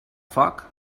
foc